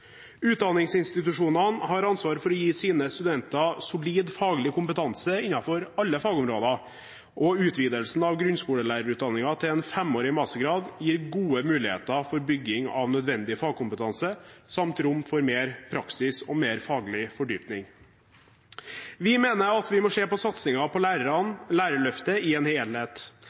Utdanningsinstitusjonene har ansvar for å gi sine studenter solid faglig kompetanse innenfor alle fagområder. Utvidelsen av grunnskolelærerutdanningen til en femårig mastergrad gir gode muligheter for bygging av nødvendig fagkompetanse samt rom for mer praksis og mer faglig fordypning. Vi mener at vi må se på satsingen på